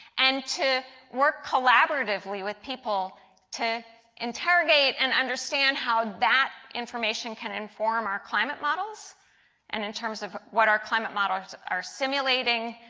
and to work collaboratively with people to interrogate and understand how that information can inform our climate models and in terms of what our climate models are simulating,